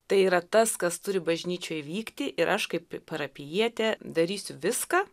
tai yra tas kas turi bažnyčioj vykti ir aš kaip parapijietė darysiu viską